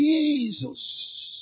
Jesus